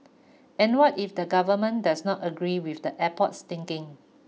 and what if the Government does not agree with the airport's thinking